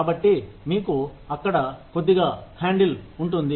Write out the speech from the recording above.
కాబట్టి మీకు అక్కడ కొద్దిగా హ్యాండిల్ ఉంటుంది